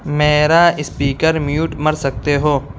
میرا speaker mute کر سکتے ہو